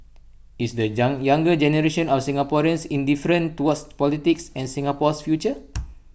is the younger generation of Singaporeans indifferent towards politics and Singapore's future